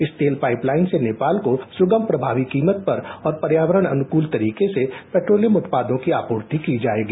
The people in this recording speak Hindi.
इस तेल पाइपलाइनसे नेपाल को सुगम प्रभावी कीमत पर और पर्यावरण अनुकुल तरीके से पेट्रोलियम उत्पादोंकी आपूर्ति की जाएगी